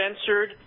censored